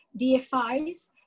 DFIs